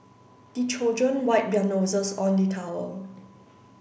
the children wipe their noses on the towel